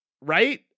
right